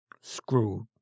Screwed